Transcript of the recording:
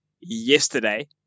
yesterday